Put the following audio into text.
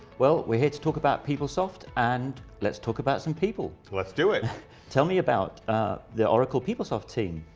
well we're here to talk about peoplesoft and let's talk about some people. let's do it tell me about the oracle peoplesoft team.